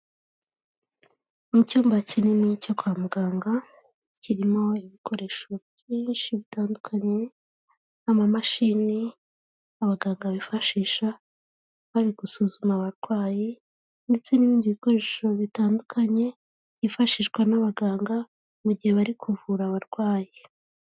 Mu cyumba kinini cyo kwa muganga, kirimo ibikoresho byinshi bitandukanye, amamashini abaganga bifashisha bari gusuzuma abarwayi ndetse n'ibindi bikoresho bitandukanye byifashishwa n'abaganga mu gihe bari kuvura abarwayi.